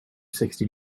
sixty